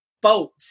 boat